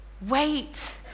wait